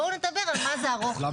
בואו נדבר על מה זה "ארוך